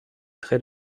trait